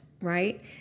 right